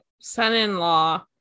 son-in-law